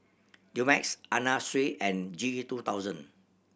Dumex Anna Sui and G two thousand